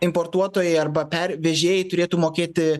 importuotojai arba per vežėjai turėtų mokėti